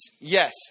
yes